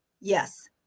yes